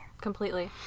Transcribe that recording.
completely